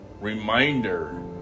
reminder